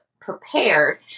prepared